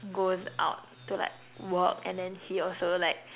goes out to like work and then he also like